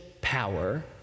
power